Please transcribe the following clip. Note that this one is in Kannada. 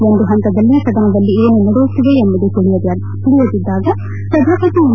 ಒಂದು ಪಂತದಲ್ಲಿ ಸದನದಲ್ಲಿ ಏನು ನಡೆಯುತ್ತಿದೆ ಎಂಬುದು ತಿಳಿಯದಿದ್ಲಾಗ ಸಭಾಪತಿ ಎಂ